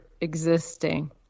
existing